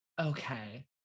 Okay